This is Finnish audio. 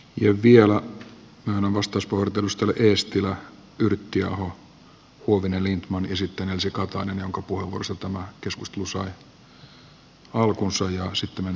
ja vielä myönnän vastauspuheenvuorot edustajille eestilä yrttiaho huovinen lindtman ja sitten elsi katainen jonka puheenvuorosta tämä keskustelu sai alkunsa ja sitten mentäisiin puhujalistaan